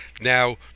Now